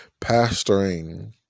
pastoring